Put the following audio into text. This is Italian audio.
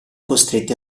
costretti